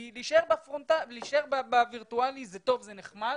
כי להישאר בווירטואלי זה טוב, זה נחמד,